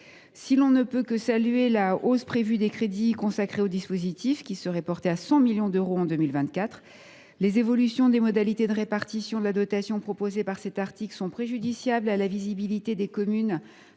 On ne peut que saluer la hausse prévue des crédits consacrés au dispositif, qui seraient portés à 100 millions d’euros en 2024. En revanche, les évolutions des modalités de répartition de la dotation proposées par cet article nuisent à la visibilité des communes